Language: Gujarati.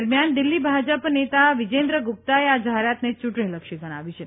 દરમિયાન દિલ્હી ભાજપ નેતા વિજેન્દર ગુપ્તાએ આ જાહેરાતને ચૂંટણીલક્ષી ગણાવી છે